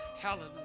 Hallelujah